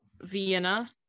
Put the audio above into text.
vienna